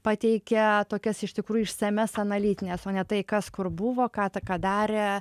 pateikia tokias iš tikrųjų išsamias analitines o ne tai kas kur buvo ką ta ką darė